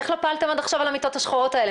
איך לא פעלתם עד עכשיו על המיטות השחורות האלה?